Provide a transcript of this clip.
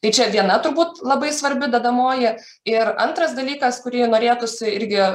tai čia viena turbūt labai svarbi dedamoji ir antras dalykas kurį norėtųsi irgi